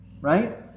right